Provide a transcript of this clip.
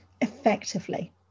effectively